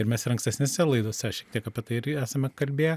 ir mes ir ankstesnėse laidose šiek tiek apie tai irgi esame kalbėję